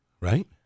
Right